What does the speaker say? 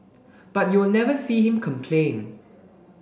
but you will never see him complain